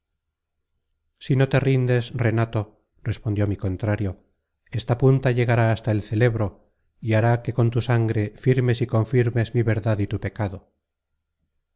si no te rindes renato respondió mi contrario esta punta llegará hasta el celebro y hará que con tu sangre firmes y confirmes mi verdad y tu pecado